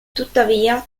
tuttavia